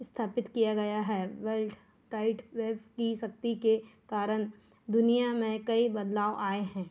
स्थापित किया गया है वेल्ड काइड वेब की शक्ति के कारण दुनिया में कई बदलाव आए हैं